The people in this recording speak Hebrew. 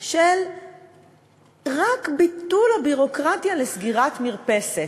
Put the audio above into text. של רק ביטול הביורוקרטיה לסגירת מרפסת.